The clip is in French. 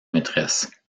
maîtresses